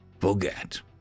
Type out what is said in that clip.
forget